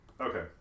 Okay